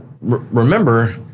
remember